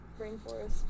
Rainforest